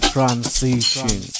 Transition